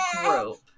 Group